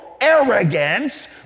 arrogance